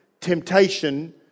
temptation